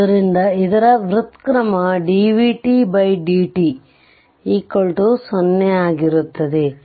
ಆದ್ದರಿಂದ ಅದರ ವ್ಯುತ್ಕ್ರಮ dvtdt 0 ಆಗಿರುತ್ತದೆ